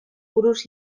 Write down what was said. buruz